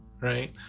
right